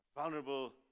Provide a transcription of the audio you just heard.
Vulnerable